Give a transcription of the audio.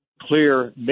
clear